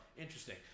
interesting